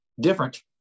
different